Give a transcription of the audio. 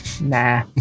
Nah